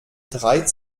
drei